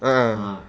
ah